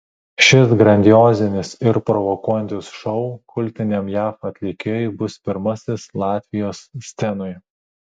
šis grandiozinis ir provokuojantis šou kultiniam jav atlikėjui bus pirmasis latvijos scenoje